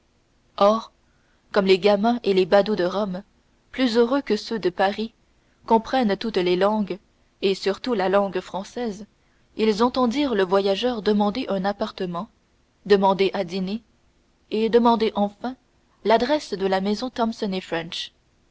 or comme les gamins et les badauds de rome plus heureux que ceux de paris comprennent toutes les langues et surtout la langue française ils entendirent le voyageur demander un appartement demander à dîner et demander enfin l'adresse de la maison